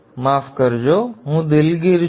માફ કરજો હું દિલગીર છું